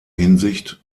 hinsicht